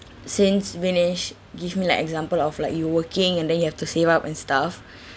since vinesh give me like example of like you were working and then you have to save up and stuff